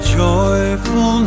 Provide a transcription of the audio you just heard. joyful